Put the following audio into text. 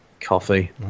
Coffee